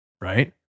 right